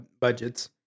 budgets